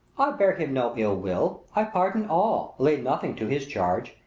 bear him no ill will i pardon all, lay nothing to his charge,